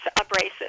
abrasive